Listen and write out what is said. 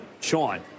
Sean